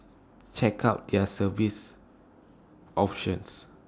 check out their service options